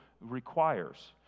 requires